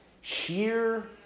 sheer